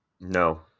No